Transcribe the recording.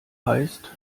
heißt